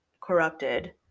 corrupted